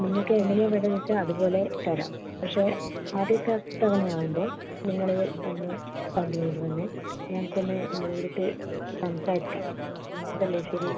നിങ്ങൾക്കെങ്ങനെയാണ് വേണ്ടതെന്ന് വെച്ചാൽ അതുപോലെ തരാം പക്ഷേ ആദ്യത്തെ തവണ ആവുമ്പോൾ നിങ്ങൾ ഒന്ന് കമ്പനിയിൽ വന്ന് ഞങ്ങൾക്കൊന്ന് നേരിട്ട് സംസാരിക്കാം അതല്ലേ ശരി